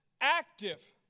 active